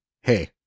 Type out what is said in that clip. hey